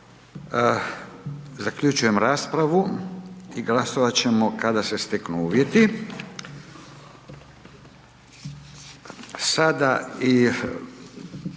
zaključujem raspravu o ovoj točci, a glasovati ćemo kada se steknu uvjeti.